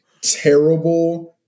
terrible